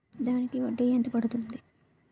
దానికి వడ్డీ ఎంత పడుతుంది?